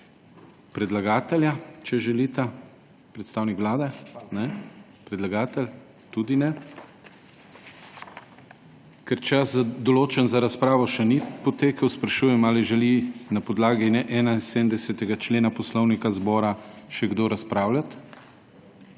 predlagatelja, če želita. Predstavnik Vlade? Ne. Predlagatelj? Tudi ne. Ker čas, določen za razpravo, še ni potekel, sprašujem, ali želi na podlagi 71. člena Poslovnika Državnega zbora še kdo razpravljati.